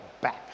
back